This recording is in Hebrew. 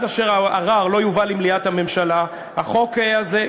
ועד אשר יובא הערר למליאת הממשלה החוק הזה,